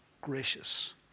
gracious